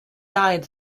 died